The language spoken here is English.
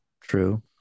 true